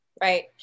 Right